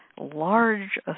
large